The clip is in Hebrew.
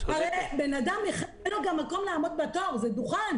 הרי בן-אדם גם אין לו מקום לעמוד בתור, זה דוכן